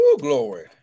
Glory